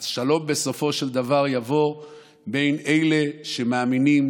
השלום בסופו של דבר יבוא בין אלה שמאמינים